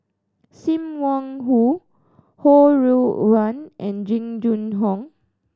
Sim Wong Hoo Ho Rui An and Jing Jun Hong